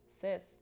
sis